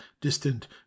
distant